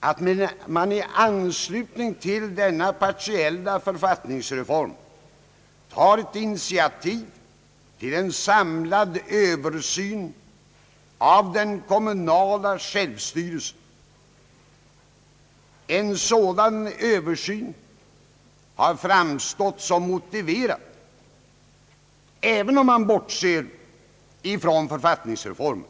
att man i anslutning till denna partiella författningsreform tar initiativ till en samlad översyn av den kommunala självstyrelsen. En sådan översyn har framstått som motiverad även om man bortser från författningsreformen.